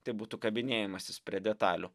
tai būtų kabinėjimasis prie detalių